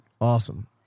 Awesome